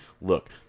look